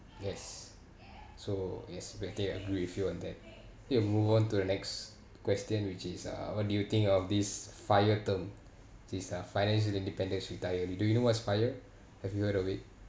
yes so yes better I agree with you on that think we'll move on to next question which is uh what do you think of this fire term these uh financial independence retire do you know what is fire have you heard of it